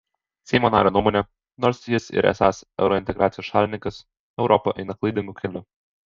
seimo nario nuomone nors jis ir esąs eurointegracijos šalininkas europa eina klaidingu keliu